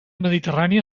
mediterrània